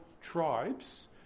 tribes